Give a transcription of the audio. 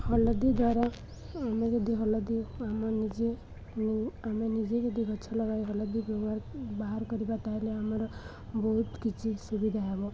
ହଲଦୀ ଦ୍ୱାରା ଆମେ ଯଦି ହଳଦୀ ଆମ ନିଜେ ଆମେ ନିଜେ ଯଦି ଗଛ ଲଗାଇ ହଳଦୀ ବ୍ୟବହାର ବାହାର କରିବା ତା'ହେଲେ ଆମର ବହୁତ କିଛି ସୁବିଧା ହେବ